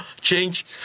change